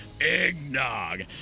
Eggnog